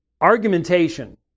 argumentation